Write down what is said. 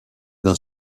d’un